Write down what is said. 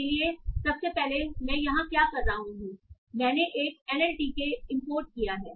इसलिए सबसे पहले मैं यहां क्या कर रहा हूं मैंने एक एनएलटीके इंपोर्ट किया है